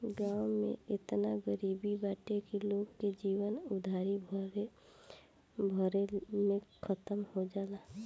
गांव में एतना गरीबी बाटे की लोग के जीवन उधारी भरले में खतम हो जाला